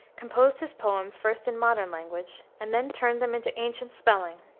composed his poems first in modern language, and then turned them into ancient spelling,